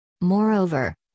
Moreover